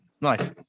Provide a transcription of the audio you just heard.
nice